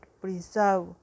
preserve